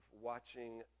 watching